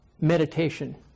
meditation